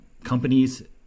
Companies